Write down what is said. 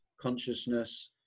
consciousness